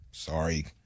Sorry